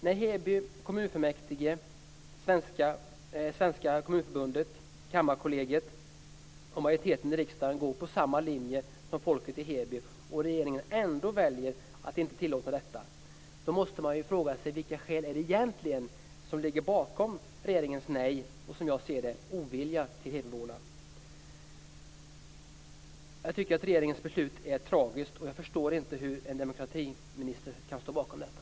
När Heby kommunfullmäktige, Svenska kommunförbundet, Kammarkollegiet och majoriteten i riksdagen går på samma linje som folket i Heby och regeringen ändå väljer att inte tillåta detta, då måste man fråga sig vilka skäl det egentligen är som ligger bakom regeringens nej och, som jag ser det, deras ovilja gentemot hebyborna. Jag tycker att regeringens beslut är tragiskt, och jag förstår inte hur en demokratiminister kan stå bakom detta.